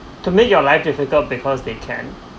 to make your life difficult because they care